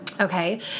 okay